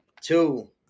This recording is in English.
two